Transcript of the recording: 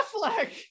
Affleck